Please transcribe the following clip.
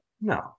No